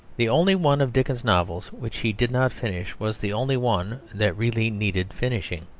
the only one of dickens's novels which he did not finish was the only one that really needed finishing.